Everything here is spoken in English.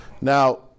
Now